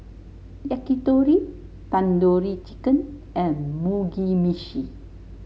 Yakitori Tandoori Chicken and Mugi Meshi